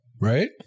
right